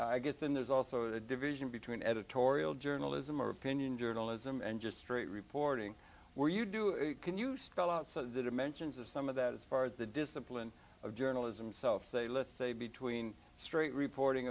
i guess and there's also a division between editorial journalism or opinion journalism and just straight reporting where you do can you spell out so the dimensions of some of that as far as the discipline of journalism self say let's say between straight reporting